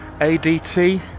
ADT